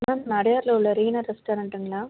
ma'am நான் அடையாரில் உள்ள ரீனா ரெஸ்ட்டாரெண்ட்டுங்களா